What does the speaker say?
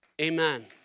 Amen